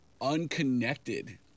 unconnected